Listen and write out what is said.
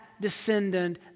descendant